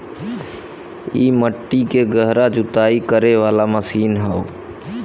इ मट्टी के गहरा जुताई करे वाला मशीन हौ